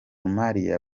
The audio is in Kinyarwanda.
mahia